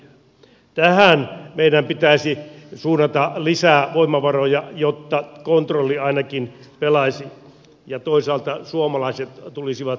tähän meidän pitäisi suunnata lisää voimavaroja jotta kontrolli ainakin pelaisi ja toisaalta suomalaiset tulisivat työllistetyiksi